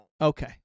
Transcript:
Okay